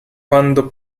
quando